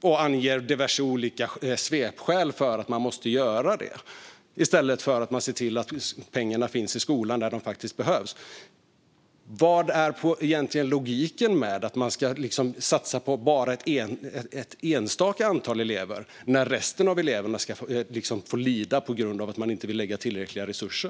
De anger diverse olika svepskäl för att de måste göra detta i stället för att se till att pengar finns i skolan, där de faktiskt behövs. Vad är egentligen logiken med att bara satsa på enstaka elever när resten av eleverna ska få lida på grund av att man inte vill satsa tillräckliga resurser?